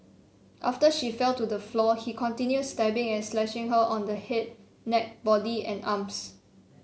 after she fell to the floor he continued stabbing and slashing her on the head neck body and arms